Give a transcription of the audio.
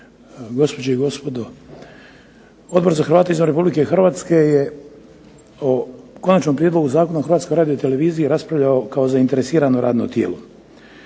gospođe i gospodo. Odbor za Hrvate izvan Republike Hrvatske je o Konačnom prijedlogu zakona o Hrvatskoj radioteleviziji raspravljao kao zainteresirano radno tijelo.